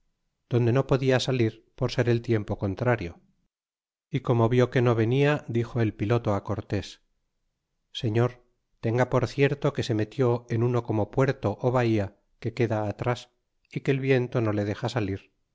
donde no podia salir por ser el tiempo contrario y como vid que no venia dixo el piloto cortés señor tenga por cierto que se metió en uno como puerto ó bahía que queda atras y que el viento no le dexa salir